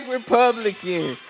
Republican